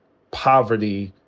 poverty,